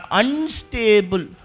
unstable